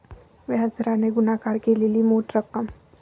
व्याज दराने गुणाकार केलेली मूळ रक्कम